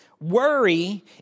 Worry